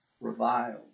reviled